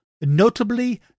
notably